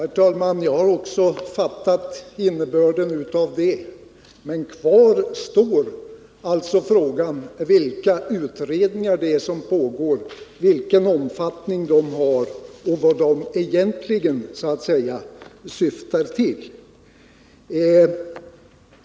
Herr talman! Även jag har fattat detta, men kvar står frågan vilka utredningar som pågår, vilken omfattning de har och vad de egentligen syftar till.